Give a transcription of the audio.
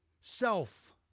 self